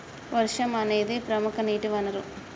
వర్షం అనేదిప్రముఖ నీటి వనరు